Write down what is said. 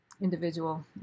individual